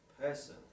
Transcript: person